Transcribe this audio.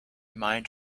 mind